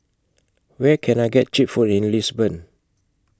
Where Can I get Cheap Food in Lisbon